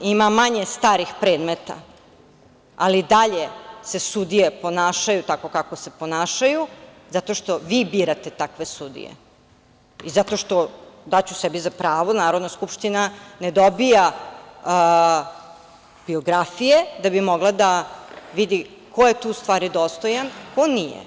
Ima manje starih predmeta, ali i dalje se sudije ponašaju tako kako se ponašaju, zato što vi birate takve sudije i zato što, daću sebi za pravo, Narodna skupština ne dobija biografije da bi mogla da vidi ko je tu u stvari dostojan, ko nije.